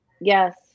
yes